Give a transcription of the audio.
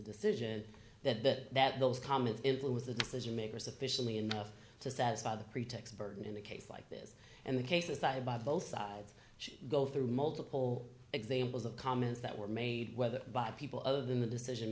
decision that that those comments influence the decision makers sufficiently enough to satisfy the pretext burden in a case like this and the cases that by both sides go through multiple examples of comments that were made whether by people other than the decision